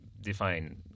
define